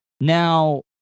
Now